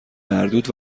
مردود